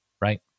right